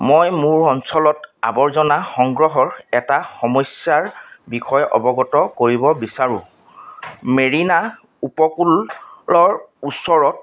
মই মোৰ অঞ্চলত আৱৰ্জনা সংগ্ৰহৰ এটা সমস্যাৰ বিষয়ে অৱগত কৰিব বিচাৰো মেৰিনা উপকূলৰ ওচৰত